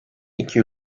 iki